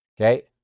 Okay